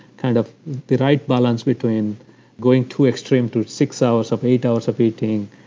kind of the right balance between going to extreme, to six hours of eight hours of eating,